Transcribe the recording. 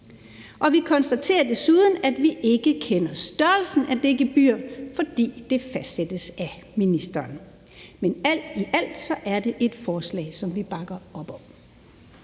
Vi konstaterer desuden, at vi ikke kender størrelsen af det gebyr, fordi det fastsættes af ministeren. Men alt i alt er det et forslag, som vi bakker op om.